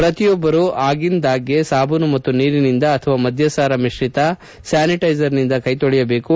ಪ್ರತಿಯೊಬ್ಬರು ಆಗಿದಾಂಗ್ಗೆ ಸಾಬೂನು ಮತ್ತು ನೀರಿನಿಂದ ಅಥವಾ ಮಧ್ಯಸಾರ ಮಿತ್ರಿತ ಸ್ಥಾನಿಟೈಸರ್ನಿಂದ ಕೈ ತೊಳೆಯದೇಕು